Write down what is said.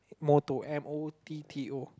motto M O T T O